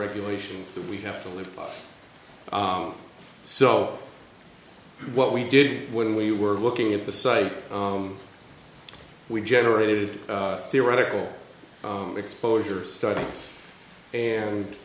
regulations that we have to live by so what we did when we were looking at the site we generated theoretical exposure study and